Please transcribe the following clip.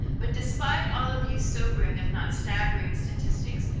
but despite all of these sobering, if not staggering statistics,